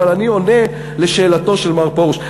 אבל אני עונה על שאלתו של מר פרוש.